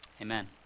Amen